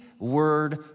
word